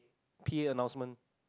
p_a announcement